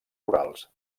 rurals